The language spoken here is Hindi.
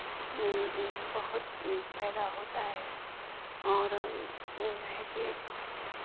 बहुत पैदा होता है और जो है कि